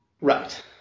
Right